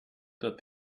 that